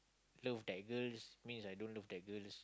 love that girls means I don't look that girl